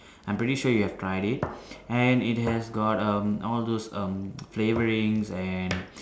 I'm pretty sure you've tried it and it has got um all those um flavourings and